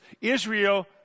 Israel